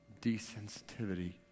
desensitivity